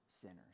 sinners